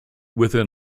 within